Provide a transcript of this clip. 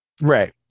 Right